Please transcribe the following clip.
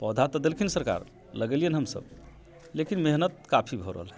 पौधा तऽ देलखिन सरकार लगैलियेन हम सभ लेकिन मेहनत काफी हो रहल है